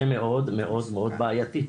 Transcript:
זה מאוד מאוד בעייתי,